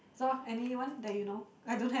so anyone that you know I don't have